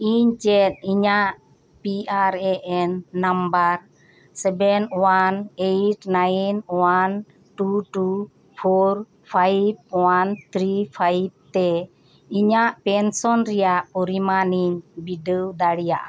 ᱤᱧ ᱪᱮᱫ ᱤᱧᱟᱜ P R A N number seven one eight nine one two two four five one three five ᱛᱮ ᱤᱧᱟᱜ pension ᱨᱮᱭᱟᱜ ᱯᱚᱨᱤᱢᱟᱱᱤᱧ ᱵᱤᱰᱟᱹᱣ ᱫᱟᱲᱮᱭᱟᱜᱼᱟ